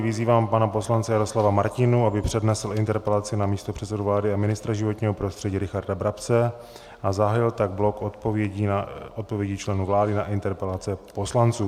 Vyzývám pana poslance Jaroslava Martinů, aby přednesl interpelaci na místopředsedu vlády a ministra životního prostředí Richarda Brabce, a zahájil tak blok odpovědí členů vlády na interpelace poslanců.